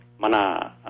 mana